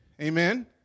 amen